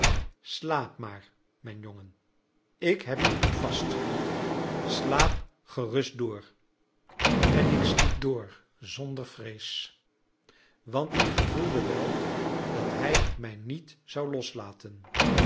slaap maar mijn jongen ik heb u goed vast slaap gerust door en ik sliep door zonder vrees want ik gevoelde wel dat hij mij niet zou loslaten